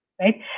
right